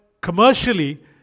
commercially